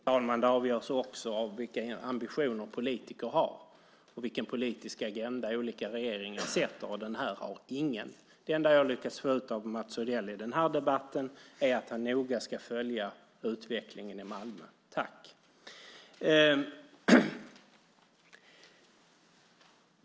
Fru talman! Det avgörs också av vilka ambitioner politiker har och vilken politisk agenda olika regeringar sätter, och den här har ingen. Det enda jag har lyckats få ut av Mats Odell i den här debatten är att han noga ska följa utvecklingen i Malmö. Tack!